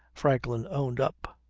franklin owned up.